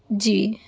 جی